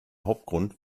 hauptgrund